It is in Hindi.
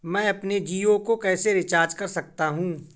मैं अपने जियो को कैसे रिचार्ज कर सकता हूँ?